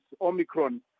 Omicron